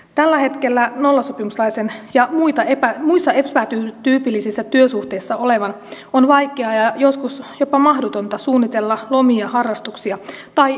tällä hetkellä nollasopimuslaisen ja muissa epätyypillisissä työsuhteissa olevan on vaikeaa ja joskus jopa mahdotonta suunnitella lomia harrastuksia tai lapsen hoitoa